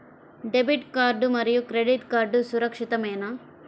Debit card మరియు credit card సురక్షితమేనా?